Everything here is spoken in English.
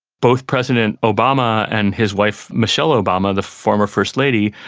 both president obama and his wife michelle obama, the former first lady,